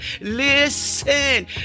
Listen